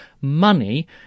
money